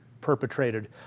perpetrated